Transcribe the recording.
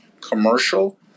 commercial